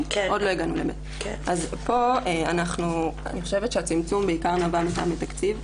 אז פה אני חושבת שהצמצום בעיקר נבע מטעמי תקציב.